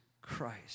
Christ